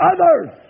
Others